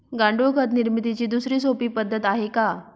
गांडूळ खत निर्मितीची दुसरी सोपी पद्धत आहे का?